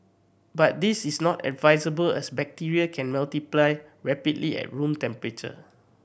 but this is not advisable as bacteria can multiply rapidly at room temperature